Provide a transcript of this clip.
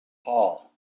hall